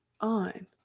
On